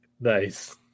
Nice